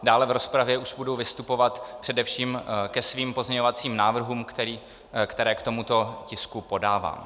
Dále v rozpravě už budu vystupovat především ke svým pozměňovacím návrhům, které k tomuto tisku podávám.